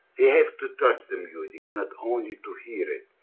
we have to touch the music not only to hear it.